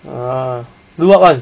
ah do what [one]